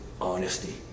honesty